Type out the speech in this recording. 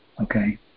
okay